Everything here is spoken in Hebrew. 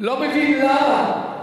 לא מבין למה.